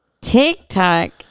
TikTok